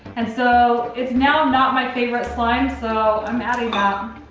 and so it's now not my favorite slime so, i'm adding that.